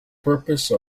purpose